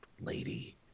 lady